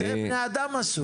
זה בני אדם עשו.